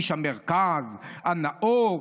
איש המרכז הנאור,